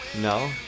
No